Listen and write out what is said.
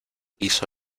hizo